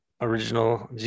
original